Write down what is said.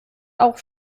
auch